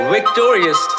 Victorious